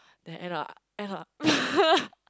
then end up end up